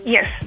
Yes